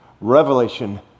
Revelation